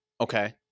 okay